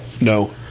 No